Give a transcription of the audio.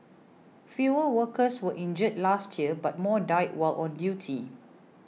fewer workers were injured last year but more died while on duty